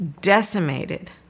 decimated